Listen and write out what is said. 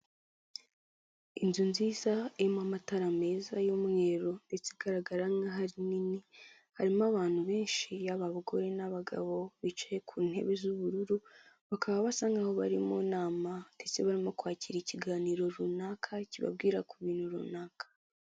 Inzu nziza irimo amatara meza y'umweru ndetse igaragara nk'aho ari nini, harimo abantu benshi yaba abagore n'abagabo bicaye ku ntebe z'ubururu, bakaba basa nk'aho bari mu nama ndetse barimo kwakira ikiganiro runaka, kibabwira ku bintu runaka.